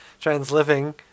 trans-living